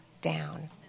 down